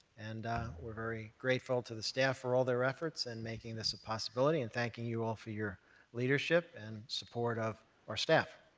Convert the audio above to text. and we're very grateful to the staff for all their efforts in making this a possibility and thanking you all for your leadership in and support of our staff.